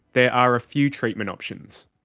there are a few treatment options.